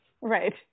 Right